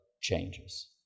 changes